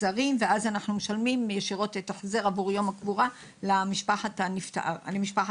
אנחנו משלמים ישירות את ההחזר עבור יום הקבורה למשפחת הנפטר.